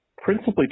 principally